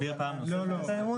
להסביר פעם נוספת את האירוע?